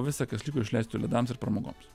visa kas liko išleistų ledams ir pramogoms